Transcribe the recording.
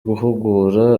guhugura